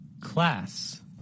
Class